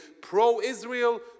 pro-israel